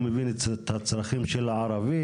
הוא מבין את הצרכים של הערבים,